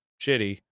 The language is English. shitty